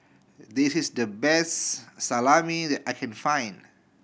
this is the best Salami that I can find